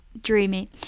Dreamy